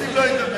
נסים לא יתאבד.